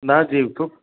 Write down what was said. न जि टु